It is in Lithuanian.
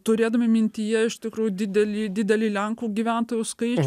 turėdami mintyje iš tikrųjų didelį didelį lenkų gyventojų skaičių